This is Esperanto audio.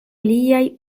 liaj